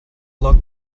look